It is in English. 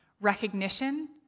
recognition